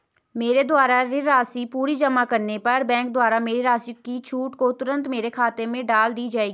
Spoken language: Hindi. मेरे द्वारा ऋण राशि पूरी जमा करने पर बैंक द्वारा मेरी राशि की छूट को तुरन्त मेरे खाते में डाल दी जायेगी?